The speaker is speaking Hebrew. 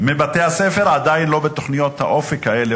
מבתי-הספר עדיין לא בתוכניות ה"אופק" האלה,